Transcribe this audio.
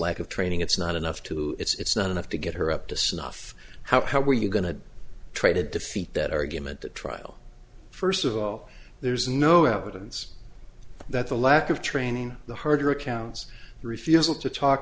lack of training it's not enough to it's not enough to get her up to snuff how were you going to try to defeat that argument at trial first of all there's no evidence that the lack of training the harder accounts the refusal to talk